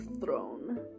throne